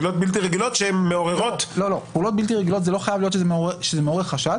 פעולות בלתי רגילות זה לא חייב להיות שזה מעורר חשד,